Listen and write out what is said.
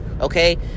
Okay